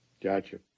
Gotcha